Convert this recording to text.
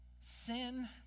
sin